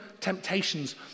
temptations